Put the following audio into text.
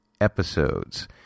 episodes